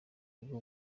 bwo